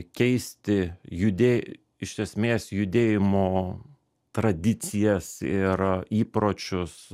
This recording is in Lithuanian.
keisti judė iš esmės judėjimo tradicijas ir įpročius